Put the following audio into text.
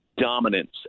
dominance